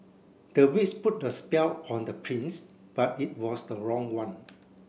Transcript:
the witch put a spell on the prince but it was the wrong one